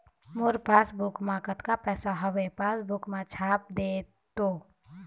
मोर passbook मा कतका पैसा हवे पासबुक मा छाप देव तो?